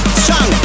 strong